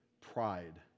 pride